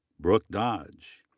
brooke dodge.